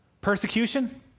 Persecution